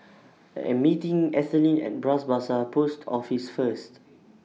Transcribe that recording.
I Am meeting Ethelyn At Bras Basah Post Office First